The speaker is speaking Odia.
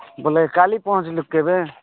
ବୋଲେ କାଲି ପହଁଚିଲୁ କେବେ